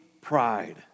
pride